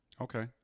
Okay